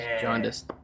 jaundice